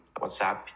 Whatsapp